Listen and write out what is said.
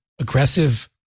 aggressive